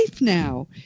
now